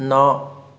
ନଅ